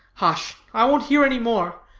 hush! i won't hear any more.